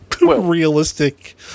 realistic